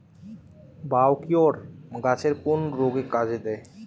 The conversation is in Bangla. বায়োকিওর গাছের কোন রোগে কাজেদেয়?